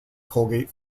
colgate